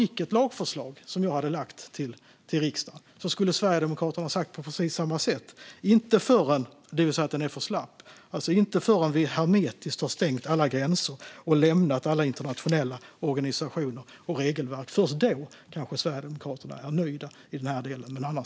Vilket lagförslag jag än hade överlämnat till riksdagen skulle Sverigedemokraterna ha sagt på precis samma sätt, det vill säga att lagstiftningen är för slapp. Först när vi hermetiskt har stängt alla gränser och lämnat alla internationella organisationer och regelverk kanske Sverigedemokraterna är nöjda.